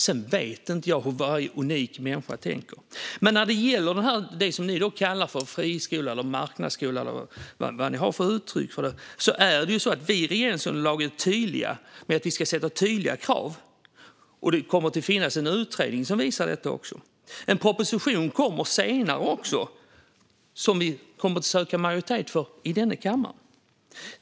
Sedan vet jag inte hur varje unik människa tänker. När det gäller det som ni, Linus Sköld, kallar friskolor, marknadsskolor eller vad ni nu har för uttryck är vi i regeringsunderlaget tydliga med att vi ska fastställa tydliga krav. Det kommer att finnas en utredning som visar detta, och senare kommer en proposition som vi kommer att söka majoritet för i denna kammare.